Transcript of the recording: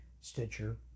Stitcher